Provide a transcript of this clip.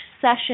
session